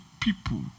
people